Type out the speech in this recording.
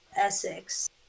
essex